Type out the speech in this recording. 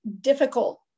difficult